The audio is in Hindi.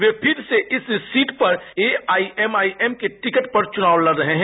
वे फिर से इस सीट पर एआईएमआईएम के टिकट पर चुनाव लड रहे हैं